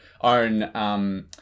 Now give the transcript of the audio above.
own